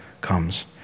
comes